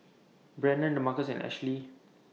Brannon Demarcus and Ashli